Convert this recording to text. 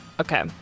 Okay